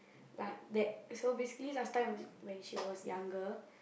like that so basically last time when when she was younger